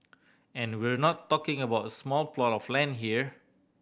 and we're not talking about a small plot of land here